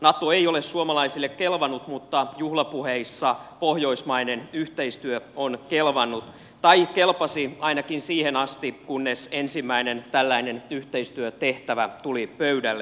nato ei ole suomalaisille kelvannut mutta juhlapuheissa pohjoismainen yhteistyö on kelvannut tai kelpasi ainakin siihen asti kunnes ensimmäinen tällainen yhteistyötehtävä tuli pöydälle